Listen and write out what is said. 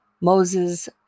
Moses